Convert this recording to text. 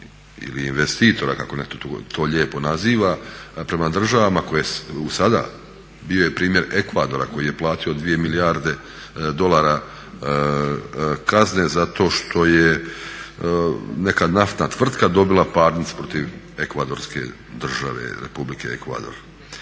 ili investitora kako netko to lijepo naziva prema državama koje sada, bio je primjer Ekvadora koji je platio 2 milijarde dolara kazne zato što je neka naftna tvrtka dobila parnicu protiv Ekvadorske države, Republike Ekvador.